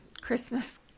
Christmas